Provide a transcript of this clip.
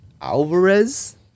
Alvarez